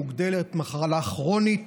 מוגדרת מחלה כרונית